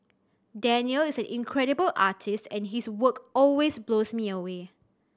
Danial is an incredible artist and his work always blows me away